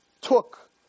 took